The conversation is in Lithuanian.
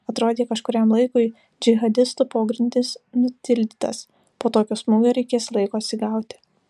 atrodė kažkuriam laikui džihadistų pogrindis nutildytas po tokio smūgio reikės laiko atsigauti